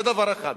זה דבר אחד.